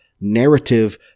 narrative